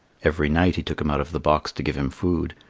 every night he took him out of the box to give him food,